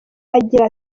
agira